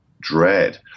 dread